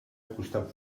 acostat